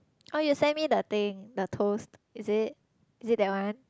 oh you sent me the thing the toast is it is it that one